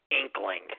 inkling